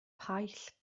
paill